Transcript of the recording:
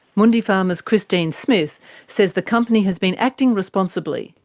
mundipharma's christine smith says the company has been acting responsibly.